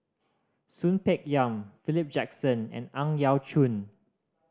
Soon Peng Yam Philip Jackson and Ang Yau Choon